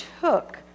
took